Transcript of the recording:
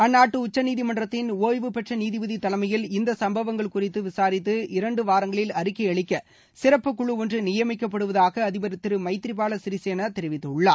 அந்நாட்டு உச்சநீதிமன்றத்தின் ஓய்வுபெற்ற நீதிபதி தலைமையில் இந்த சம்பவங்கள் குறித்து விசாரித்து இரண்டு வாரங்களில் அறிக்கை அளிக்க சிறப்புக்குழு ஒன்று நியமிக்கப்படுவதாக அதிபர் திரு மைத்ரிபால சிறிசேனா தெரிவித்துள்ளார்